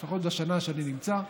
לפחות בשנה שאני נמצא,